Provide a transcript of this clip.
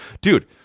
Dude